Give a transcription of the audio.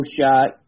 shot